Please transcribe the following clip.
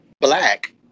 black